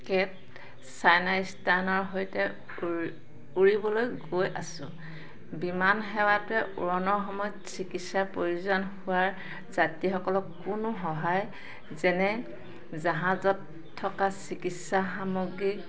কেত চাইনা ইষ্টাৰ্ণৰ সৈতে উৰিবলৈ গৈ আছোঁ বিমানসেৱাটোৱে উৰণৰ সময়ত চিকিৎসাৰ প্ৰয়োজন হোৱা যাত্ৰীসকলক কোনো সহায় যেনে জাহাজত থকা চিকিৎসা সামগ্ৰীৰ